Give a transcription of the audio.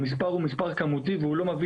המספר הוא מספר כמותי והוא לא מבליט